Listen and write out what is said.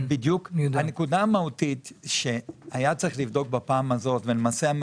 הנקודה האמיתית שהיה צריך לבדוק בפעם הזאת ולמעשה,